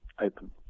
open